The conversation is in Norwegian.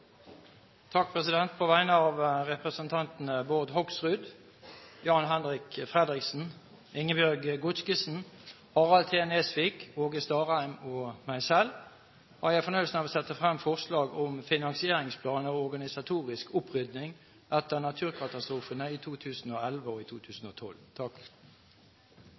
På vegne av representantene Bård Hoksrud, Jan-Henrik Fredriksen, Ingebjørg Godskesen, Harald T. Nesvik, Åge Starheim og meg selv har jeg fornøyelsen av å sette frem forslag om finansieringsplan og organisatorisk opprydning etter naturkatastrofene i